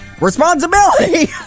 Responsibility